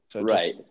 right